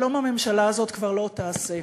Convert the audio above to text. שלום הממשלה הזאת כבר לא תעשה,